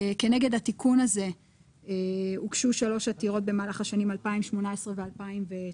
כנגד התיקון הזה הוגשו שלוש עתירות במהלך השנים 2018 ו-2019,